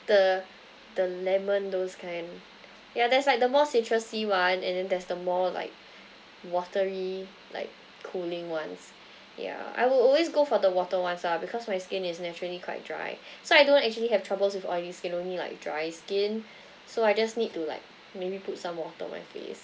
the the lemon those kind ya there's like the most citrusy one and then there's the more like watery like cooling ones ya I will always go for the water ones ah because my skin is naturally quite dry so I don't actually have troubles with oily skin only like dry skin so I just need to like maybe put some water on my face